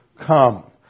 come